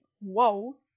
Whoa